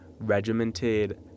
regimented